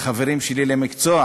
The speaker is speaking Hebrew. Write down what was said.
"חברים שלי למקצוע".